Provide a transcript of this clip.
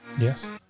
Yes